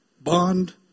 Bond